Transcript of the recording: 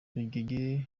rugege